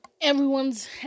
everyone's